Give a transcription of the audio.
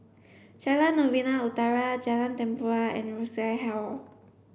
Jalan Novena Utara Jalan Tempua and Rosas Hall